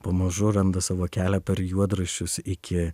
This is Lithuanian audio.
pamažu randa savo kelią per juodraščius iki